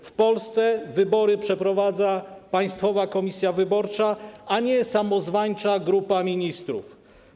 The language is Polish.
W Polsce wybory przeprowadza Państwowa Komisja Wyborcza, a nie samozwańcza grupa ministrów.